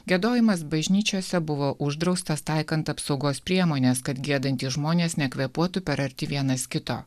giedojimas bažnyčiose buvo uždraustas taikant apsaugos priemones kad giedantys žmonės nekvėpuotų per arti vienas kito